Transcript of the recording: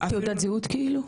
תעודת זהות כאילו?